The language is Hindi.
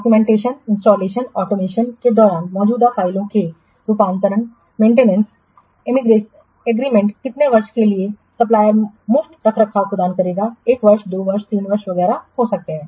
डॉक्यूमेंटेशन इंस्टॉलेशन ऑटोमेशन के दौरान मौजूदा फाइलों के रूपांतरण मेंटेनेंस एग्रीमेंट कितने वर्षों के लिए सप्लायर्समुफ्त रखरखाव प्रदान करेगा 1 वर्ष 2 वर्ष 3 वर्ष वगैरह हो सकता है